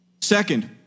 Second